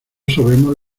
sabemos